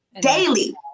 Daily